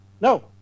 No